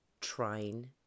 trying